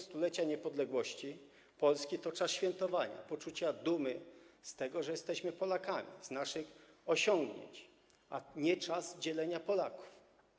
Stulecie niepodległości Polski to czas świętowania, poczucia dumy z tego, że jesteśmy Polakami, z naszych osiągnięć, a nie czas dzielenia Polaków.